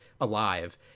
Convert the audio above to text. alive